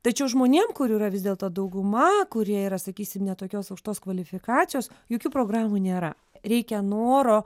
tačiau žmonėm kurių yra vis dėlto dauguma kurie yra sakysim ne tokios aukštos kvalifikacijos jokių programų nėra reikia noro